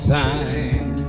time